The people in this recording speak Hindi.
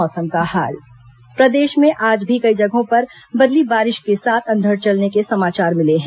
मौसम प्रदेश में आज भी कई जगहों पर बदली बारिश के साथ अंधड़ चलने के समाचार मिले हैं